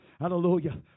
Hallelujah